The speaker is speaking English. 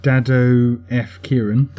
Dad-O-F-Kieran